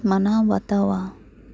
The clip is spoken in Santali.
ᱢᱟᱱᱟᱣ ᱵᱟᱛᱟᱣᱟ